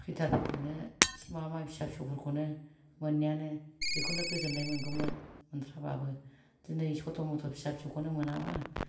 सुखिदारफोरखौनो एसे माबा माबि फिसा फिसौफोरखौनो मोननायानो बिखौनो गोजोनाय मोनगौमोन मोनथ्राबाबो दिनै सथ' मथ' फिसा फिसौखौनो मोनाबा